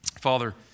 Father